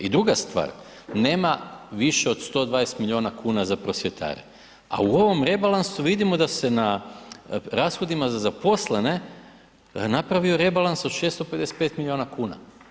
I druga stvar, nema više od 120 milijuna za prosvjetare a u ovom rebalansu vidimo da se na rashodima za zaposlene napravio rebalans od 655 milijuna kuna.